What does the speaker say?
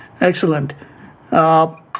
Excellent